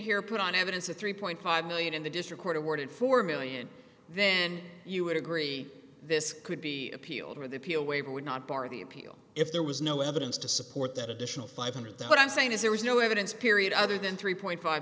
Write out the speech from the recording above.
here put on evidence a three point five million in the district court awarded four million then you would agree this could be appealed or the appeal waiver would not bar the appeal if there was no evidence to support that additional five hundred what i'm saying is there was no evidence period other than three point five